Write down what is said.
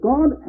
God